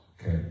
Okay